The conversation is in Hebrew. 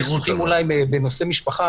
לא כמו בסכסוכים בנושא משפחה,